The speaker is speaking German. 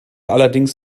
allerdings